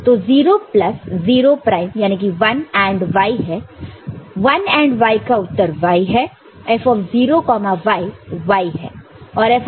तो 0 plus 0 prime याने की 1 AND y है 1 AND y का उत्तर y है